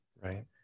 right